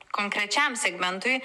konkrečiam segmentui